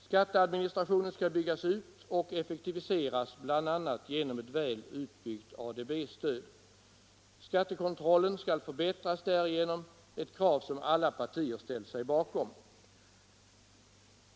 Skatteadministrationen skall byggas ut och effektiviseras, bl.a. genom ett väl utbyggt ADB-stöd. Skattekontrollen skall förbättras därigenom — ett krav som alla partier ställt sig bakom.